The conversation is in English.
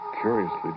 curiously